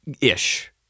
Ish